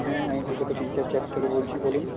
হ্যাঁ আমি কলকাতা চিট চ্যাট চাট থেকে বলছি বলুন